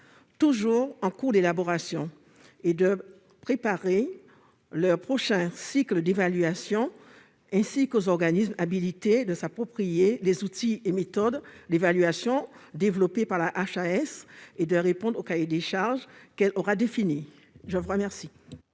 toujours en cours d'élaboration, et de préparer leur prochain cycle d'évaluation ; d'autre part, de permettre aux organismes habilités de s'approprier les outils et méthodes d'évaluation développés par la HAS et de répondre au cahier des charges qu'elle aura défini. Quel